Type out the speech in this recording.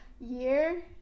year